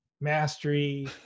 mastery